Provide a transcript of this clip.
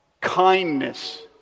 kindness